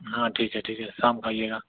हाँ ठीक है ठीक है शाम को आइएगा